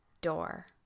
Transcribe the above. door